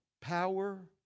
power